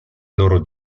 loro